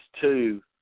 two